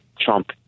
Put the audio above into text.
Trump